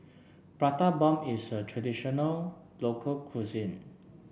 Prata Bomb is a traditional local cuisine